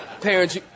Parents